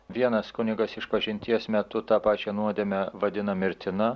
vienas kunigas išpažinties metu tą pačią nuodėmę vadina mirtina